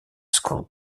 school